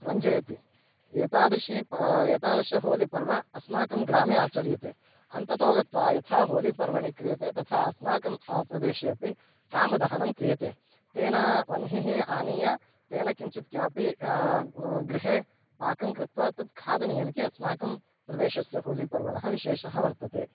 रञ्जयति एतादृशं पा एतादृशं होलिपर्व अस्माकं ग्रामे आचर्यते अन्ततो गत्वा यथा होलिपर्वणि क्रियते तथा अस्माकं प्रदेशे अपि कामदहनं क्रियते तेन वह्निः आनीया तेन किञ्चित् किमपि गृहे पाकं कृत्वा तत् खादनीयम् इति अस्माकं प्रदेशस्य होलिपर्वणः विशेषः वर्तते